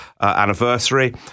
anniversary